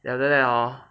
then after that hor